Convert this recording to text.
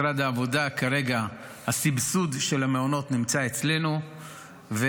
כרגע בעצם הסבסוד של המעונות נמצא אצלנו במשרד העבודה.